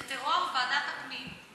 זה טרור, ועדת הפנים.